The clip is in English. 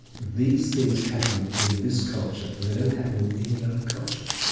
these things happen in this culture and they don't happen in any other culture.